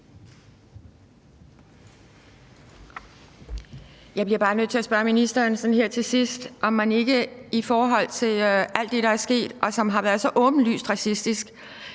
Jeg bliver bare nødt til at spørge ministeren sådan her til sidst, om man ikke i forhold til alt det, der er sket, og som har været så åbenlyst racistisk,